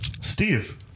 Steve